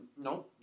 no